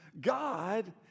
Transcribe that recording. God